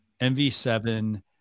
MV7